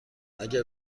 اگه